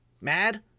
mad